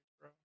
bro